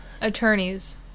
attorneys